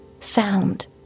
sound